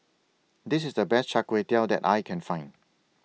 This IS The Best Char Kway Teow that I Can Find